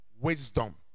wisdom